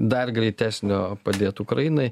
dar greitesnio padėt ukrainai